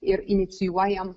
ir inicijuojam